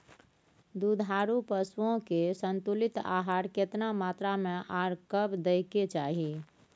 दुधारू पशुओं के संतुलित आहार केतना मात्रा में आर कब दैय के चाही?